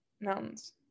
mountains